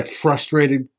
frustrated